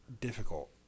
difficult